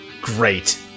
Great